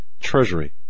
treasury